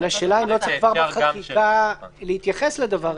אבל השאלה אם לא צריך כבר בחקיקה להתייחס לדבר הזה.